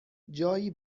جایی